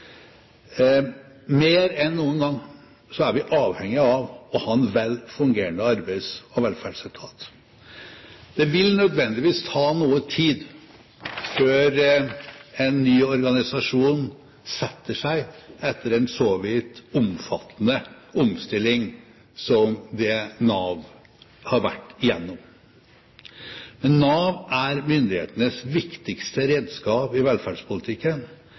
mer enn noen gang er avhengige av å ha en velfungerende arbeids- og velferdsetat. Det vil nødvendigvis ta noe tid før en ny organisasjon setter seg etter en så vidt omfattende omstilling som det Nav har vært gjennom. Nav er myndighetenes viktigste redskap i velferdspolitikken,